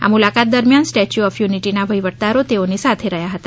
આ મુલાકાત દરમિયાન સ્ટેચ્યુ ઓફ યુનિટીનાં વહિવતદારો તેઓની સાથે રહ્યા હતા